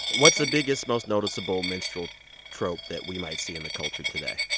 what's the biggest, most noticeable minstrel trope that we might see in the culture today?